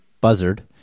Buzzard